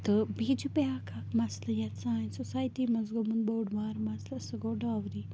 تہٕ بیٚیہِ چھُ بیاکھ اَکھ مسلہٕ یَتھ سانہِ سوسایٹی منٛز گوٚمُت بوٚڑ بار مسلہٕ سُہ گوٚو ڈاوری